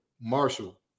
Marshall